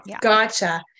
gotcha